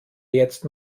jetzt